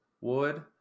wood